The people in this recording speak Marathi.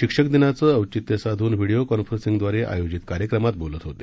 शिक्षण दिनाचं औचित्य साधून व्हिडीओ कॉन्फरन्सिंग द्वारे आयोजित कार्यक्रमात बोलत होते